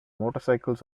motorcycles